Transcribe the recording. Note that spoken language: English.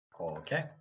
Okay